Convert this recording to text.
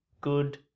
good